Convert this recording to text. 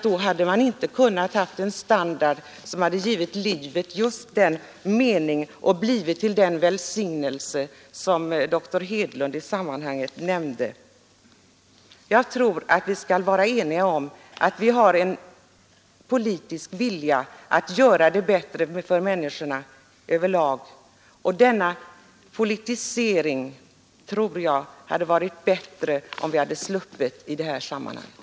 Då hade de inte kunnat få den standard som ger livet mening och den hade inte blivit till den välsignelse för dem som dr Hedlund talade om. Vi kan vara eniga om att vi har en vilja att göra det bättre för människorna. Den ”politisering” som skett hade det varit bättre om vi sluppit i det här sammanhanget.